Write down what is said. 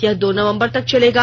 यह दो नवम्बर तक चलेगा